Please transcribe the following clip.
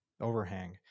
overhang